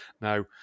Now